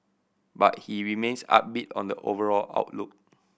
but he remains upbeat on the overall outlook